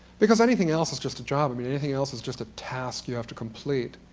because anything else is just a job. i mean, anything else is just a task you have to complete.